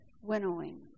winnowing